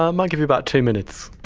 um might give you about two minutes.